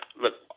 look